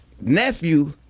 nephew